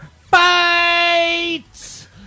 fight